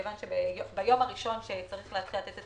מכיוון שביום הראשון שצריך להתחיל לתת את